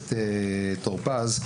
הכנסת טור פז,